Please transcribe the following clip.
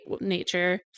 nature